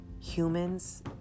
humans